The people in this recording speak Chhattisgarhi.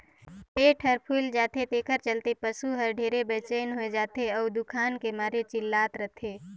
पेट हर फूइल जाथे तेखर चलते पसू हर ढेरे बेचइन हो जाथे अउ दुखान के मारे चिल्लात रथे